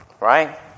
Right